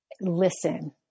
listen